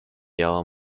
yellow